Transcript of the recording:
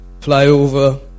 flyover